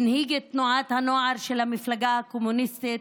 והנהיג את תנועת הנוער של המפלגה הקומוניסטית,